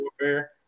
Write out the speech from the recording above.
warfare